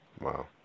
Wow